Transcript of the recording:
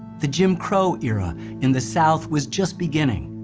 the jim crow era in the south was just beginning.